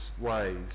ways